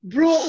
Bro